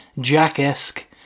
jack-esque